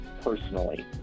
personally